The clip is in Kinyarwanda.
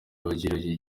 wigaruriye